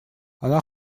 она